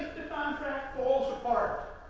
contract falls apart,